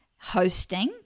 hosting